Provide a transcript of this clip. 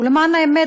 ולמען האמת,